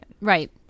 Right